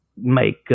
make